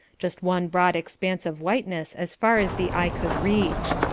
just one broad expanse of whiteness as far as the eye could reach.